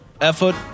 effort